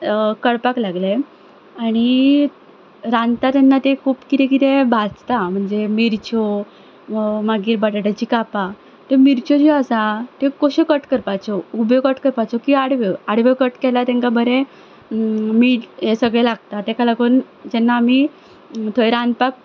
कळपाक लागलें आनी रांदता तेन्ना तें खूब कितें कितें भाजता म्हणजे मिरच्यो मागीर बठाठ्याचीं कापां त्यो मिरच्यो ज्यो आसा त्यो कश्यो कट करपाच्यो उब्यो कट करपाच्यो की आडव्यो आडव्यो कट केल्यार तेंका बरें मीठ हें सगळें लागता तेका लागून जेन्ना आमी थंय रांदपाक